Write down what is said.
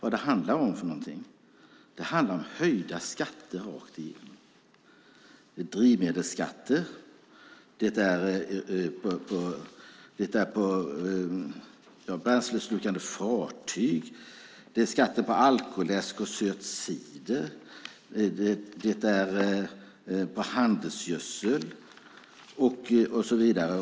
Det handlar nämligen om höjda skatter rakt igenom. Det är drivmedelsskatter, skatter på bränsleslukande fartyg, skatter på alkoläsk och söt cider, skatter på handelsgödsel och så vidare.